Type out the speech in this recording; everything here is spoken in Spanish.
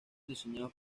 diseñados